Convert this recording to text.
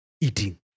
eating